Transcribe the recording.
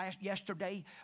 yesterday